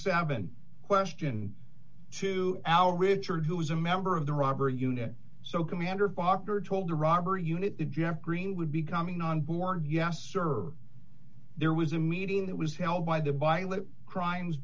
seven question to our richard who was a member of the robbery unit so commander potter told the robbery unit that jeff greene would be coming on board yes there was a meeting that was held by the by live crimes